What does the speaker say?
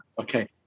Okay